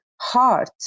heart